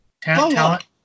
Talent